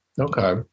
okay